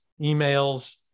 emails